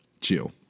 chill